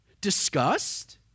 disgust